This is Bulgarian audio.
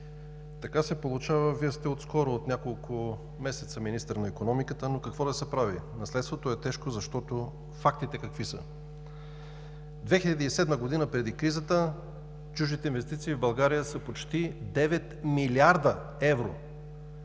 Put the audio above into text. така се получава – Вие сте отскоро, от няколко месеца министър на икономиката, но, какво да се прави? Наследството е тежко, защото фактите какви са? В 2007 г. – преди кризата, чуждите инвестиции в България са почти 9 милиарда евро!